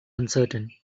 uncertain